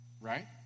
Right